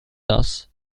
das